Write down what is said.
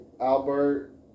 Albert